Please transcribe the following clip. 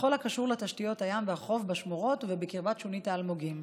בכל הקשור לתשתיות הים והחוף בשמורות ובקרבת שונית האלמוגים,